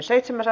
asia